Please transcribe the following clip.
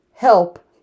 help